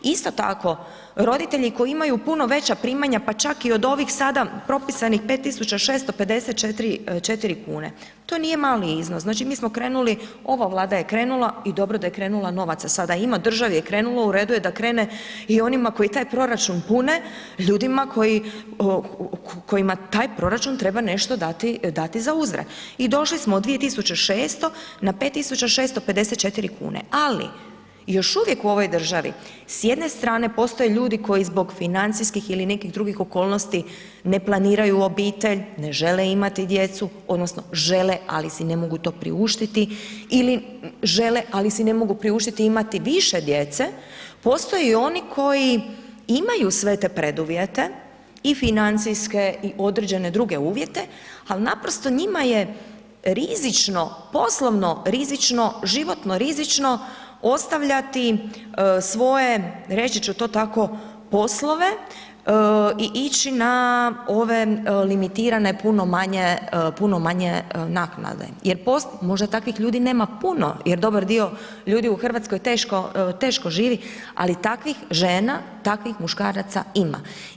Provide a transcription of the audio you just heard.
Isto tako, roditelji koji imaju puno veća primanja pa čak i od ovih sada propisanih 5654 kn, to nije mali iznos, znači mi smo krenuli, ova Vlada je krenula i dobro da je krenula, novaca sada ima, državi je krenulo, u redu je da krene i onima koji taj proračun pune, ljudima kojima taj proračun treba nešto dati zauzvrat i došli smo od 2600 na 5654 kn ali još uvijek u ovoj državi s jedne strane postoje ljudi koji zbog financijskih ili nekih drugih okolnosti ne planiraju obitelj, ne žele imati djecu odnosno žele ali si ne mogu to priuštiti ili žele ali si ne mogu priuštiti imati više djece, postoje i oni koji imaju sve te preduvjete i financijske i određene druge uvjete ali naprosto njima je rizično, poslovno rizično, životno rizično ostavljati svoje reći ću to tako, poslove i ići ove limitirane puno manje naknade jer možda takvih ljudi nema puno jer dobar dio ljudi u Hrvatskoj teško živi, ali takvih žena, takvih muškaraca ima.